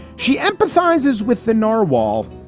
she empathizes with the nar wall,